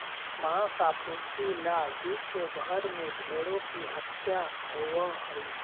माँस आपूर्ति ला विश्व भर में भेंड़ों की हत्या होवअ हई